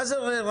מה זה רשות?